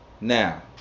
now